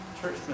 church